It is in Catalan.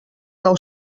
nou